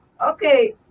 okay